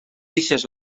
deixes